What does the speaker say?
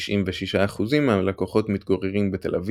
- 96% מהלקוחות מתגוררים בת”א,